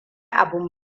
abin